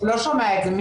הוא לא שומע את זה.